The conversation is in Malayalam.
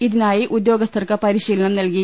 ഇതിനായി ഉദ്യോഗസ്ഥർക്ക് പരിശീലനം നൽകി